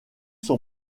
son